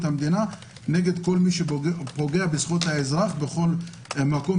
המדינה נגד כל מי שפוגע בזכויות האזרח בכל מקום,